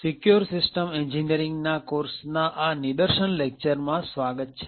secure system engineering ના કોર્સના આ નિદર્શન લેક્ચરમાં સ્વાગત છે